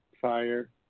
fire